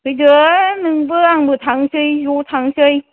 फैदो नोंबो आंबो थांनोसै ज' थांनोसै